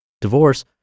Divorce